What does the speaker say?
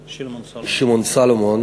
שמעון סולומון